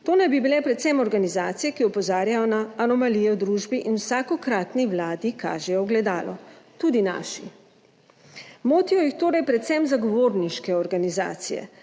To naj bi bile predvsem organizacije, ki opozarjajo na anomalije v družbi in vsakokratni vladi kažejo ogledalo, tudi naši. Motijo jih torej predvsem zagovorniške organizacije.